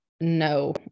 No